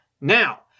Now